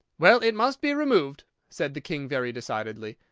well, it must be removed, said the king very decidedly,